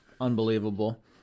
unbelievable